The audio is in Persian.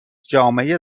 جامعه